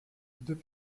deux